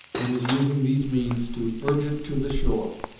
and was using these means to urge it to the shore.